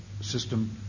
system